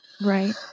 right